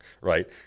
right